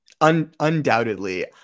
Undoubtedly